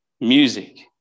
music